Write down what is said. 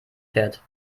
fährt